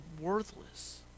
worthless